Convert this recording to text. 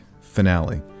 finale